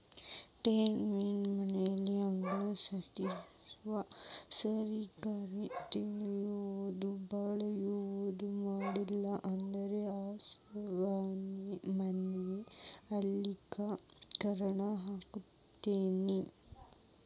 ಡೈರಿಯಾಗಿನ ಆಕಳಗೊಳ ಸಗಣಿ ಸರಿಯಾಗಿ ತೊಳಿಯುದು ಬಳಿಯುದು ಮಾಡ್ಲಿಲ್ಲ ಅಂದ್ರ ಹಸಿರುಮನೆ ಅನಿಲ ಕ್ಕ್ ಕಾರಣ ಆಕ್ಕೆತಿ